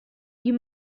you